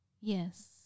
Yes